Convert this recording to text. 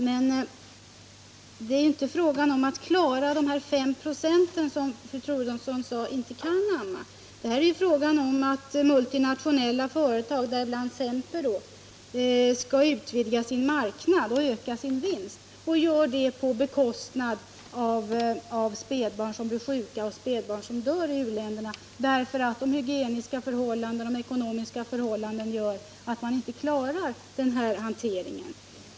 Men det är inte fråga om att klara bara de 5 96 som fru Troedsson sade inte kan amma, utan det är fråga om att multinationella företag, däribland Semper, utvidgar sin marknad och ökar sin vinst på bekostnad av spädbarn, som blir sjuka och dör i u-länderna därför att de ekonomiska förhållandena gör att man där inte kan klara hygienen.